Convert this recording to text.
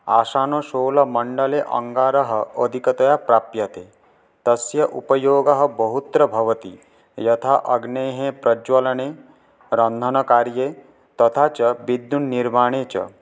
आशानुशोलमण्डले अङ्गारः अधिकतया प्राप्यते तस्य उपयोगः बहुत्र भवति यथा अग्नेः प्रज्ज्वालने रन्धनकार्ये तथा च विद्युन्निर्माणे च